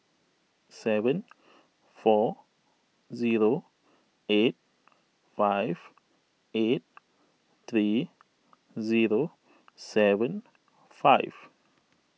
seven four zero eight five eight three zero seven five